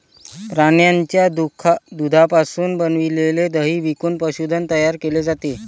प्राण्यांच्या दुधापासून बनविलेले दही विकून पशुधन तयार केले जाते